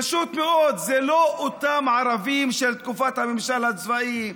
פשוט מאוד אלה לא אותם ערבים של תקופת הממשל הצבאי: